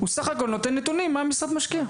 הוא סך הכול נותן נתונים מה המשרד משקיע.